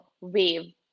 wave